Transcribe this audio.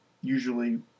usually